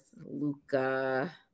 Luca